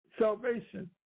salvation